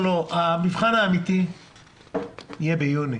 המבחן האמיתי יהיה ביוני.